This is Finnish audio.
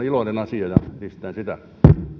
iloinen asia ja edistetään sitä